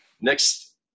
next